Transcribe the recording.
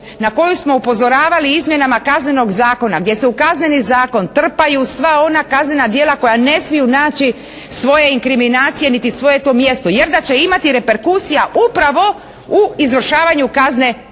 na koju smo upozoravali izmjenama Kaznenog zakona gdje se u kazneni zakon trpaju sva ona kaznena djela koja ne smiju naći svoje inkriminacije niti … mjesto, jer da će imati reperkusija upravo u izvršavanju kazne